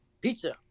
Pizza